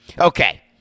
Okay